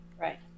Right